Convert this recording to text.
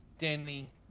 Danny